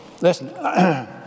Listen